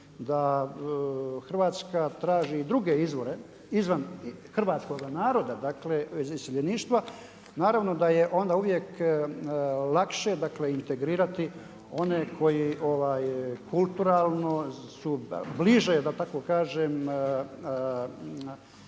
da Hrvatska traži i druge izvore izvan hrvatskoga naroda, dakle iz iseljeništva naravno da je onda uvijek lakše, dakle integrirati one koji kulturalno su bliže da tako kažem